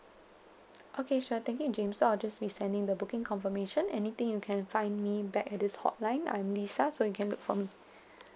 okay sure thank you and james so I'll just be sending the booking confirmation anything you can find me back at this hotline I'm lisa so you can look for me